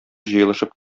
җыелышып